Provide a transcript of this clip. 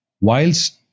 Whilst